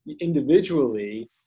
individually